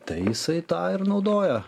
tai jisai tą ir naudojo